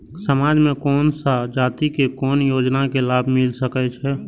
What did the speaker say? समाज में कोन सा जाति के कोन योजना के लाभ मिल सके छै?